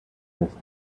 thirsty